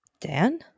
Dan